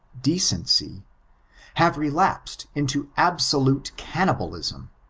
decencya have relapsed into absolute cannibalism.